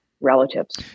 relatives